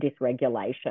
dysregulation